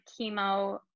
chemo